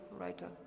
writer